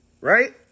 right